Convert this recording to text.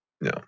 No